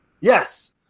yes